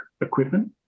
equipment